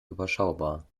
überschaubar